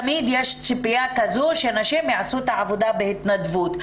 תמיד יש ציפייה שנשים יעשו את העבודה בהתנדבות: